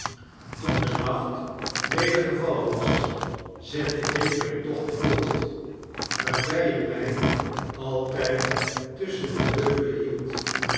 toen de nacht weder gevallenwas zette ik myn tocht voort waarby ik myaltyd tusschen de heuvelen hield